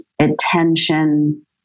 attention